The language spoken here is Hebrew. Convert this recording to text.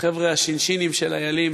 החבר'ה השי"ן-שי"נים של "איילים",